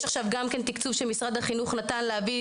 יש עכשיו גם תקצוב שמשרד החינוך נתן להביא